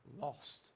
lost